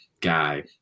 guy